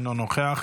אינו נוכח,